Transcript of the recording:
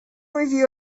review